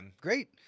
great